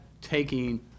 taking